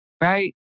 right